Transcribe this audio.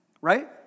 Right